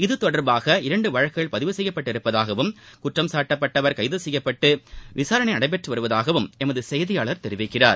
இத்தொடர்பாக இரண்டு வழக்குகள் பதிவு செய்யப்பட்டுள்ளதாகவும் குற்றம் சாட்டப்பட்டவர் கைது செய்யப்பட்டு விசாரணை நடைபெற்று வருவதாகவும் எமது செய்தியாளர் தெரிவிக்கிறார்